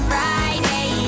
Friday